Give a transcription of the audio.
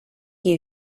you